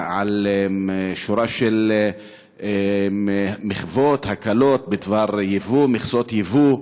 שורה של מחוות, הקלות, בדבר יבוא, מכסות יבוא.